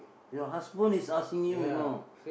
your husband is asking you you know